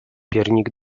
piernik